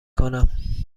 کنم